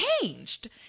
changed